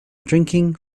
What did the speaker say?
drinking